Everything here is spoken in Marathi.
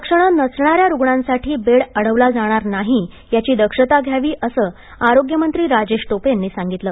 लक्षणे नसणाऱ्या रुग्णांसाठी बेड अडविला जाणार नाही याची दक्षता घ्यावी असं आरोग्य मंत्री राजेश टोपे यांनी सांगितलं